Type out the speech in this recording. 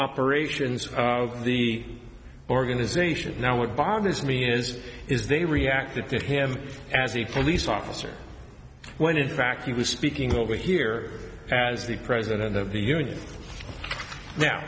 operations of the organization now what bothers me is is they reacted to him as he can lease officer when in fact he was speaking over here as the president of the union now